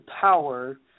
power